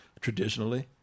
traditionally